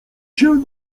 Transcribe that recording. się